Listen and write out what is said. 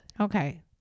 Okay